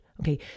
Okay